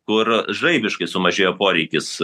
kur žaibiškai sumažėjo poreikis